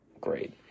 great